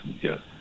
yes